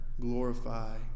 glorify